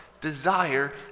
desire